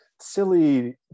Silly